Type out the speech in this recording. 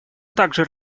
также